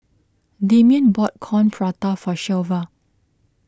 Damian bought Coin Prata for Shelva